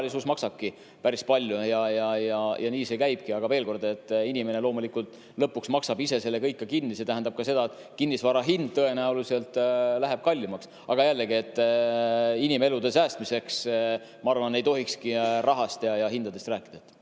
turvalisus maksabki päris palju ja nii see käibki. Veel kord, inimene loomulikult lõpuks maksab ise selle kõik kinni. See tähendab ka seda, et kinnisvara hind tõenäoliselt läheb kallimaks. Aga jällegi, inimelude säästmisel ei tohikski rahast ja hindadest rääkida.